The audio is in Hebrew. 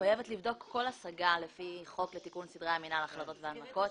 מחויבת לבדוק כל השגה לפי החוק לתיקון סדרי המינהל (החלטות והנמקות).